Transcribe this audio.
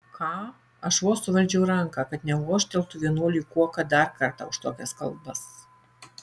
ką aš vos suvaldžiau ranką kad nevožteltų vienuoliui kuoka dar kartą už tokias kalbas